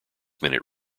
minute